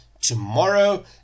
Tomorrow